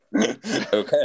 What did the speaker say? Okay